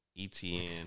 ETN